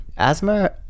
asthma